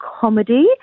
comedy